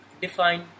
define